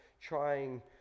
trying